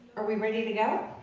are we ready to go?